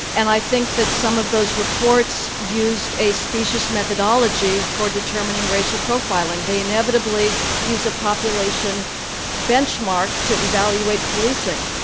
and i think that some of those reports used a specious methodology for determining racial profiling. they inevitably use a population benchmark to evaluate policing.